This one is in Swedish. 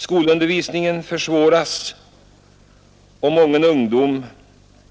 Skolundervisningen försvåras, och många ungdomar